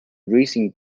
racing